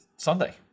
Sunday